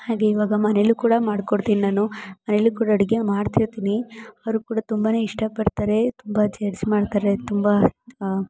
ಹಾಗೆ ಇವಾಗ ಮನೇಲು ಕೂಡ ಮಾಡ್ಕೊಡ್ತಿನಿ ನಾನು ಮನೇಲು ಕೂಡ ಅಡಿಗೆ ಮಾಡ್ತಿರ್ತೀನಿ ಅವರು ಕೂಡ ತುಂಬ ಇಷ್ಟಪಡ್ತಾರೆ ತುಂಬ ಜಡ್ಜ್ ಮಾಡ್ತಾರೆ ತುಂಬಾ